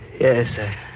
Yes